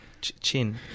Chin